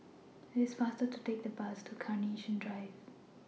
IT IS faster to Take The Bus to Carnation Drive